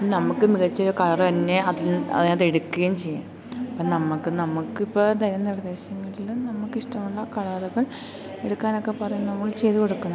നമുക്ക് മികച്ചൊരു കളർ തന്നെ അത് അതിനകത്തെടുക്കുകയും ചെയ്യും അപ്പം നമുക്ക് നമുക്കിപ്പം തരുന്ന നിർദ്ദേശങ്ങളിൽ നമുക്കിഷ്ടമുള്ള കളറുകൾ എടുക്കാനൊക്കെ പറയും നമ്മൾ ചെയ്ത് കൊടുക്കണം